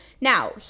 Now